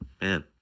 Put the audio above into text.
man